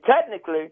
technically –